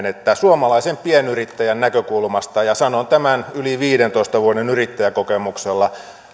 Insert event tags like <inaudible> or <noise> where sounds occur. <unintelligible> että suomalaisen pienyrittäjän näkökulmasta ja sanon tämän yli viidentoista vuoden yrittäjäkokemuksella